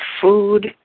food